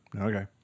Okay